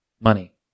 money